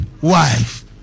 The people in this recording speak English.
wife